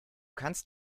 kannst